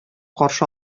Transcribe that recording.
каршы